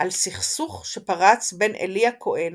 על סכסוך שפרץ בין עלי הכהן